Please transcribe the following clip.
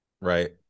right